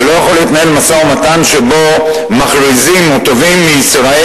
ולא יכול להתנהל משא-ומתן שבו מכריזים או תובעים מישראל